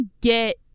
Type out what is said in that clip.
get